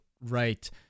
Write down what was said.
right